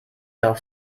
auf